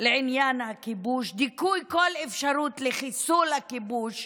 לעניין הכיבוש, דיכוי כל אפשרות לחיסול הכיבוש,